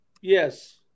Yes